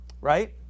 right